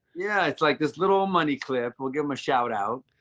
yeah, it's like this little money clip. we'll give them a shout out.